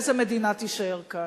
איזו מדינה תישאר כאן?